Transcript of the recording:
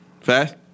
Fast